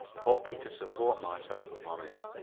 hoping to support myself upon it.